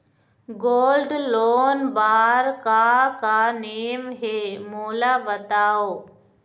Gold loan बार का का नेम हे, मोला बताव?